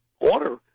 order